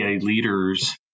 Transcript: leaders